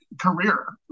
career